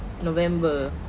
november